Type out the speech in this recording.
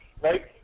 right